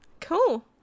Cool